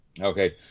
Okay